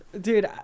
Dude